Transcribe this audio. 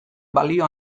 balio